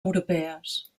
europees